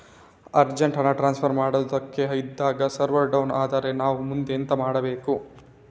Urgent ಹಣ transfer ಮಾಡೋದಕ್ಕೆ ಇದ್ದಾಗ ಸರ್ವರ್ ಡೌನ್ ಆದರೆ ನಾವು ಮುಂದೆ ಎಂತ ಮಾಡಬೇಕು?